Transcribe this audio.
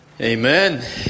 Amen